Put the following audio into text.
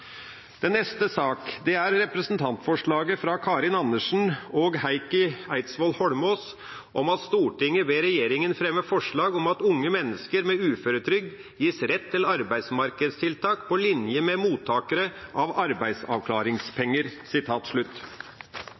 Den neste saken er representantforslaget fra Karin Andersen og Heikki Eidsvoll Holmås: «Stortinget ber Regjeringen fremme forslag om at unge mennesker med uføretrygd gis rett til arbeidsmarkedstiltak på lik linje med mottakere av arbeidsavklaringspenger.»